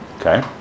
Okay